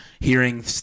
hearing